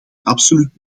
absoluut